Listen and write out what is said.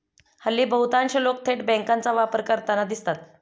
हल्ली बहुतांश लोक थेट बँकांचा वापर करताना दिसतात